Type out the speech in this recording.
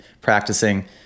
practicing